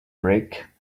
break